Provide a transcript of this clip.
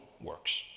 works